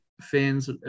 fans